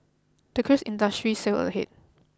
the cruise industry sailed ahead